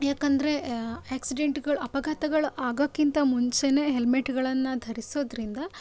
ಯಾಕಂದ್ರೆ ಆಕ್ಸಿಡೆಂಟ್ಗಳು ಅಪಘಾತಗಳು ಆಗೋಕ್ಕಿಂತ ಮುಂಚೆಯೇ ಹೆಲ್ಮೆಟ್ಗಳನ್ನು ಧರಿಸೋದರಿಂದ